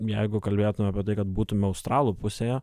jeigu kalbėtumėme apie tai kad būtumėme australų pusėje